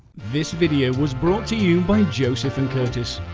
this video was brought to you by joseph and kurtis.